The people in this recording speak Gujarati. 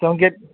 શું કેસ